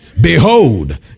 Behold